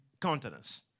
countenance